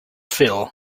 filled